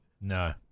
No